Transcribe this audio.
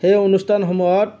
সেই অনুষ্ঠানসমূহত